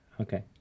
Okay